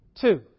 Two